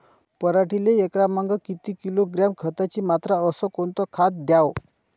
पराटीले एकरामागं किती किलोग्रॅम खताची मात्रा अस कोतं खात द्याव?